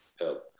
help